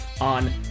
on